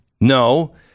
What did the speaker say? no